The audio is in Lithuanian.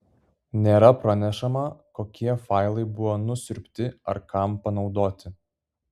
nėra pranešama kokie failai buvo nusiurbti ar kam panaudoti